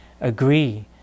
agree